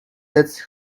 that